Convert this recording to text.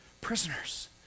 prisoners